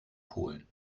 polen